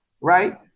right